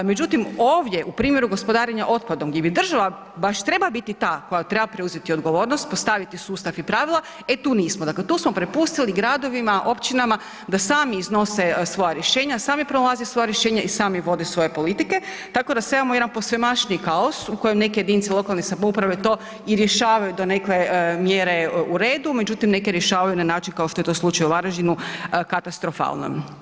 Međutim, ovdje u primjeru gospodarenja otpadom, gdje bi država baš treba biti ta koja treba preuzeti odgovornost, postaviti sustav i pravila, e tu nismo, tu smo prepustili gradovima, općinama, da sami iznose svoja rješenja, sami pronalaze svoja rješenja i sami vode svoje politike, tako da sada imamo jedan posvemašniji kaos u kojem neke jedinice lokalne samouprave to i rješavaju donekle, mjere u redu, međutim, neke rješavaju na način kao što je to slučaj u Varaždin, katastrofalno.